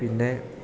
പിന്നെ